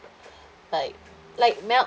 like like melt